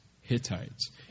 Hittites